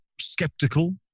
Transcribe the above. skeptical